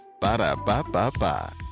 Ba-da-ba-ba-ba